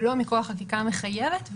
ולא מכוח חקיקה מחייבת,